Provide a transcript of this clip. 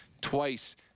Twice